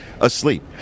asleep